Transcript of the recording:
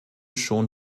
schon